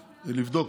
לבדוק.